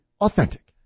authentic